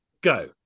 go